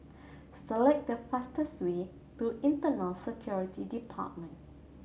select the fastest way to Internal Security Department